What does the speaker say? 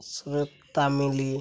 ସୁରକ୍ଷ Tamil